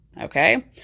okay